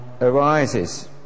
arises